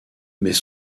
mais